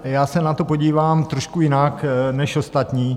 Já se na to podívám trošku jinak než ostatní.